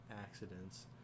accidents